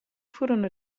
furono